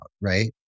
right